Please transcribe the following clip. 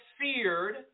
feared